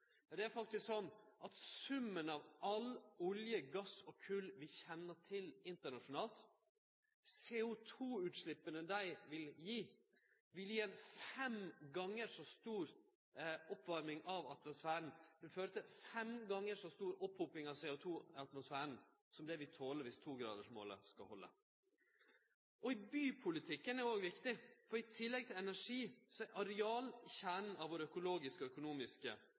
det er faktisk sånn at CO2-utsleppa frå summen av all olje, gass og kol vi kjenner til internasjonalt, vil gi fem gonger så stor oppvarming av atmosfæren og føre til fem gonger så stor opphoping av CO2 i atmosfæren som det vi tåler dersom togradersmålet skal halde. Bypolitikken er òg viktig, for i tillegg til energi er areal kjernen i vår økologiske og økonomiske